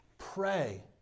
Pray